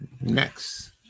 Next